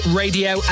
radio